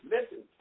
Listen